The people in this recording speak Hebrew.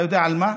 אתה יודע על מה?